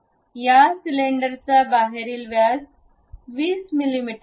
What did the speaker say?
या सिलिंडरचा बाहेरील व्यास 20 मिमी आहे